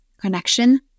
connection